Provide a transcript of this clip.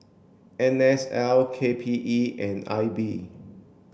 N S L K P E and I B